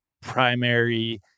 primary